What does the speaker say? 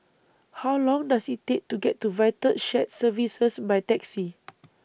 How Long Does IT Take to get to Vital Shared Services By Taxi